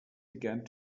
began